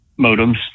modems